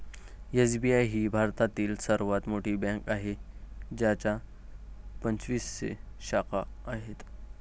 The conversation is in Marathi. एस.बी.आय ही भारतातील सर्वात मोठी बँक आहे ज्याच्या पंचवीसशे शाखा आहेत